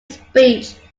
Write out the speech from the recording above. speech